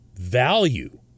value